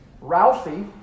Ralphie